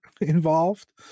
involved